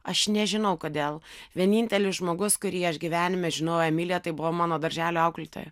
aš nežinau kodėl vienintelis žmogus kurį aš gyvenime žinojau emilija tai buvo mano darželio auklėtoja